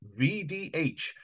VDH